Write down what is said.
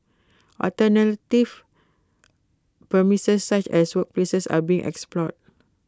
alternative premises such as workplaces are being explored